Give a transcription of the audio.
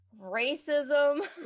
racism